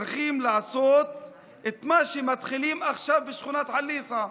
צריכים לעשות את מה שמתחילים עכשיו בשכונת חליסה.